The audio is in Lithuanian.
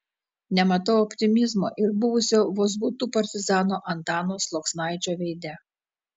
nematau optimizmo ir buvusio vozbutų partizano antano sluoksnaičio veide